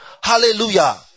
Hallelujah